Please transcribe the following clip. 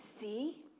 see